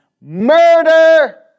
murder